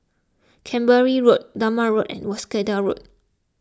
Canberra Road Dunman Road and Wolskel Road